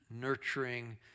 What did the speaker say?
nurturing